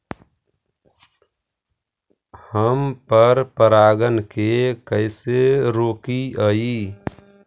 हम पर परागण के कैसे रोकिअई?